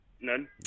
None